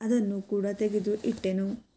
ಅದನ್ನು ಕೂಡ ತೆಗೆದು ಇಟ್ಟೆನು